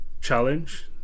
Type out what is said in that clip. challenge